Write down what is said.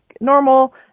normal